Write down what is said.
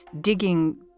digging